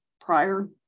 prior